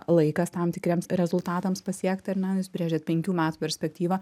laikas tam tikriems rezultatams pasiekti ar ne jūs brėžiat penkių metų perspektyvą